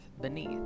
beneath